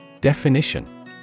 Definition